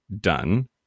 done